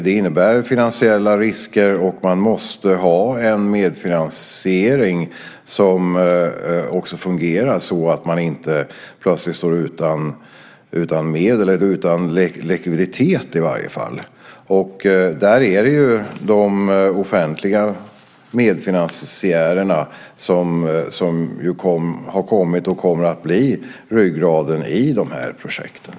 Det innebär finansiella risker, och man måste ha en medfinansiering som fungerar, så att man inte plötsligt står utan medel eller utan likviditet. Där är det ju de offentliga medfinansiärerna som har kommit och kommer att bli ryggraden i de här projekten.